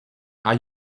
are